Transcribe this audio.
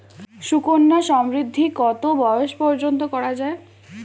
সুকন্যা সমৃদ্ধী কত বয়স পর্যন্ত করা যায়?